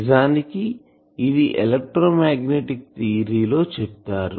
నిజానికి ఇది ఎలక్ట్రోమాగ్నెటిక్ థియరీలో చెప్తారు